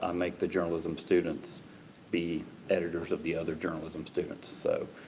um make the journalism students be editors of the other journalism students. so,